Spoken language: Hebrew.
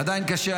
עדיין קשה,